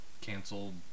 canceled